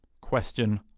Question